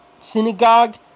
Synagogue